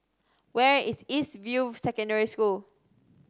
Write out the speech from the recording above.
where is East View Secondary School